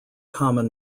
common